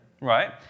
right